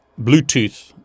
Bluetooth